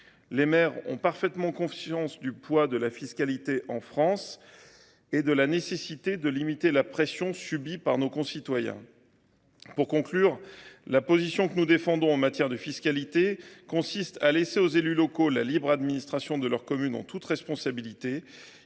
Les maires ont parfaitement conscience du poids de la fiscalité en France et de la nécessité de limiter la pression subie par nos concitoyens. Pour conclure, la position que nous défendons en matière de fiscalité consiste à laisser aux élus locaux la libre administration de leurs communes, en toute responsabilité.